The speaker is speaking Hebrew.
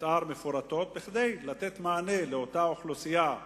מיתאר מפורטות כדי לתת מענה לאותה אוכלוסייה.